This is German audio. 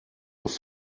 auf